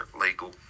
legal